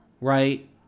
right